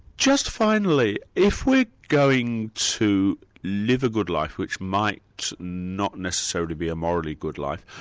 just finally, if we're going to live a good life, which might not necessarily be a morally good life,